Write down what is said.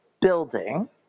building